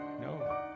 No